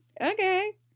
okay